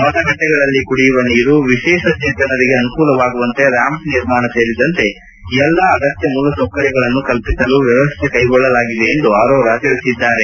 ಮತಗಟ್ಟಿಗಳಲ್ಲಿ ಕುಡಿಯುವ ನೀರು ವಿಶೇಷ ಚೇತನರಿಗೆ ಅನುಕೂಲವಾಗುವಂತೆ ರ್ಕಾಂಪ್ ನಿರ್ಮಾಣ ಸೇರಿದಂತೆ ಎಲ್ಲ ಅಗತ್ಯ ಮೂಲಸೌಕರ್ಯಗಳನ್ನು ಕಲ್ಪಿಸಲು ವ್ಯವಸ್ಥೆ ಕೈಗೊಳ್ಳಲಾಗಿದೆ ಎಂದು ಅರೋರಾ ಹೇಳಿದ್ದಾರೆ